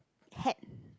hat